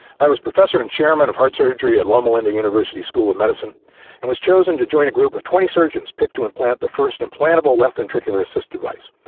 i was professor and chairman of heart surgery at loma linda university school of medicine and was chosen to join a group of twenty surgeons picked to implant the first implantable left ventricular assist device,